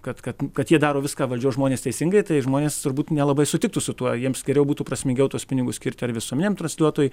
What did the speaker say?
kad kad kad jie daro viską valdžios žmonės teisingai tai žmonės turbūt nelabai sutiktų su tuo jiems geriau būtų prasmingiau tuos pinigus skirti ar visuomeniniam transliuotojui